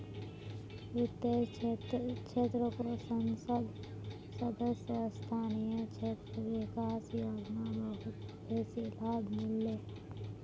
वित्तेर क्षेत्रको संसद सदस्य स्थानीय क्षेत्र विकास योजना बहुत बेसी लाभ मिल ले